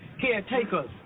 Caretakers